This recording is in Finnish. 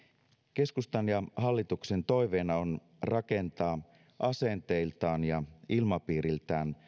keskustan ja hallituksen toiveena on rakentaa asenteiltaan ja ilmapiiriltään